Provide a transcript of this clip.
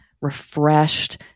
refreshed